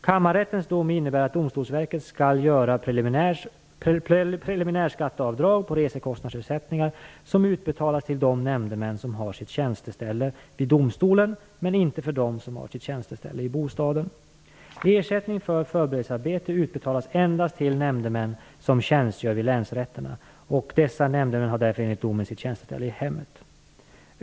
Kammarrättens dom innebär att Domstolsverket skall göra preliminärskatteavdrag på resekostnadsersättningar som utbetalas till de nämndemän som har sitt tjänsteställe vid domstolen, men inte för dem som har sitt tjänsteställe i bostaden. Ersättning för förberedelsearbete utbetalas endast till nämndemän som tjänstgör vid länsrätterna, och dessa nämndemän har därför enligt domen sitt tjänsteställe i hemmet.